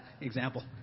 example